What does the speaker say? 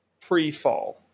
pre-fall